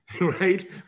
Right